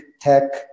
tech